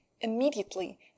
immediately